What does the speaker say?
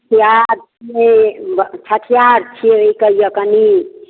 छठिहार छियै छठिहार छियै कहैए कनि